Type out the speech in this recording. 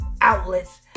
outlets